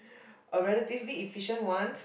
a relatively efficient ones